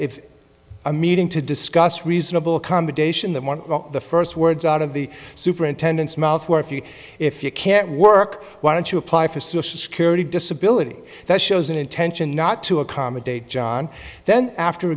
if a meeting to discuss reasonable accommodation that one of the first words out of the superintendent's mouth were if you if you can't work why don't you apply for social security disability that shows an intention not to accommodate john then after